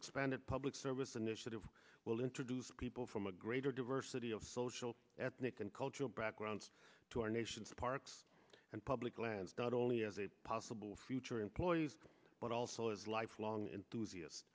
expanded public service an initiative will introduce people from a greater diversity of social ethnic and cultural backgrounds to our nation's parks and public lands dot only as a possible future employees but also as lifelong enthusias